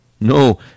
No